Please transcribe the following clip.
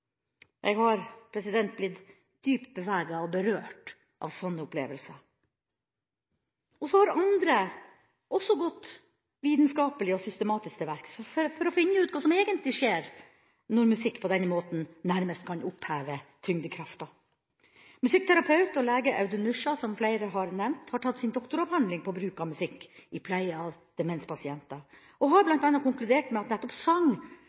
Jeg har blitt dypt beveget og berørt av sånne opplevelser. Andre har gått vitenskapelig og systematisk til verks for å finne ut hva som egentlig skjer når musikk på denne måten nærmest kan oppheve tyngdekrafta. Musikkterapeut og lege Audun Myskja, som flere har nevnt, har tatt sin doktoravhandling på bruk av musikk i pleie av demenspasienter. Han har bl.a. konkludert med at nettopp sang,